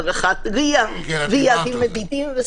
הערכת RIA. תודה.